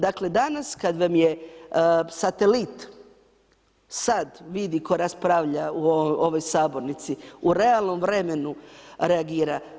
Dakle, danas kad vam je satelit, sad vidi tko raspravlja u ovoj sabornici, u realnom vremenu reagira.